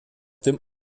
dem